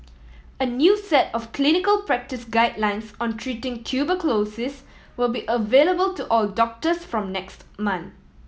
a new set of clinical practice guidelines on treating tuberculosis will be available to all doctors from next month